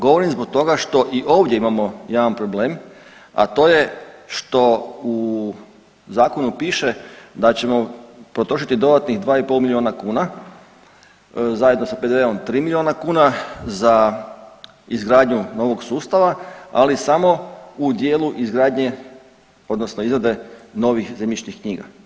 Govorim zbog toga što i ovdje imamo jedan problem, a to je što u zakonu piše da ćemo potrošiti dodatnih 2,5 milijuna kuna zajedno sa PDV-om 3 miliona kuna za izgradnju novog sustava, ali samo u dijelu izgradnje odnosno izrade novih zemljišnih knjiga.